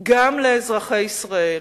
גם לאזרחי ישראל,